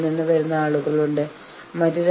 അതിനാൽ നിങ്ങൾ വെറുതെ സംസാരിക്കരുത്